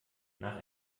nach